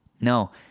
No